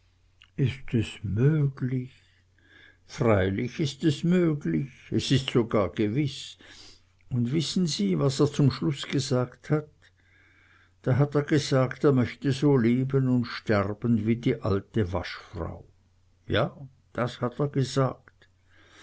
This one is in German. is es möglich freilich ist es möglich es ist sogar gewiß und wissen sie was er zum schluß gesagt hat da hat er gesagt er möchte so leben und sterben wie die alte waschfrau ja das hat er gesagt